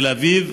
תל אביב,